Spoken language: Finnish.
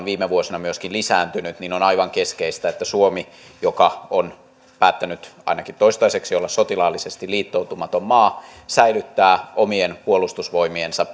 viime vuosina myöskin lisääntyneet on aivan keskeistä että suomi joka on päättänyt ainakin toistaiseksi olla sotilaallisesti liittoutumaton maa säilyttää omien puolustusvoimiensa